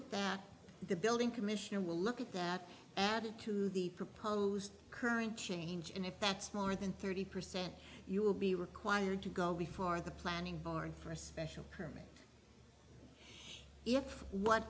at that the building commission will look at that added to the proposed current change and if that's more than thirty percent you will be required to go before the planning board for a special permit if what